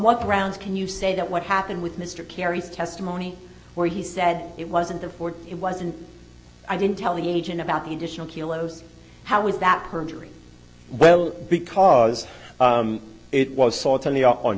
what grounds can you say that what happened with mr kerry's testimony where he said it wasn't therefore it wasn't i didn't tell the agent about the additional kilos how was that perjury well because it was salt on the on